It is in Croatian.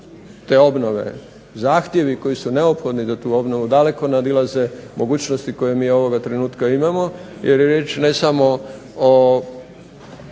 te obnove, zahtjevi koji su neophodni za tu obnovu daleko nadilaze mogućnosti koje mi ovoga trenutka imamo jer je riječ ne samo o